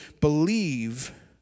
believe